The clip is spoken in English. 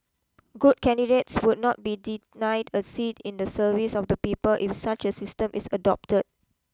good candidates would not be denied a seat in the service of the people if such a system is adopted